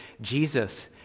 Jesus